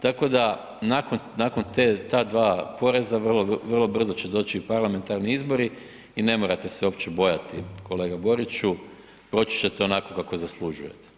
Tako da nakon te, ta dva poraza vrlo brzo će doći i parlamentarni izbori i ne morate se opće bojati kolega Boriću, proći čete onako kako zaslužujete.